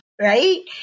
right